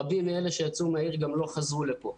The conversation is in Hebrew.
רבים מאלה שיצאו מהעיר גם לא חזרו לפה.